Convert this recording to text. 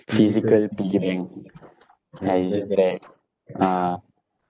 physical piggy bank ya it's just that uh